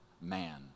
man